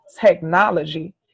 technology